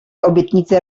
obietnicy